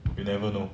you never know